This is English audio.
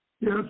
Yes